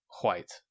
white